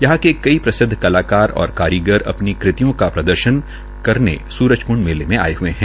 यहां के कई प्रसिद्व कलाकार और कारीगर अ नी कृतियां का प्रदर्शन करने सूरजक्ंड मेले मे आये हये है